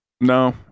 No